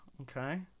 Okay